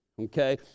okay